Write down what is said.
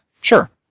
Sure